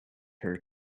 her